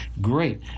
Great